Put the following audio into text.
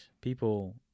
people